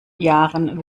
jahren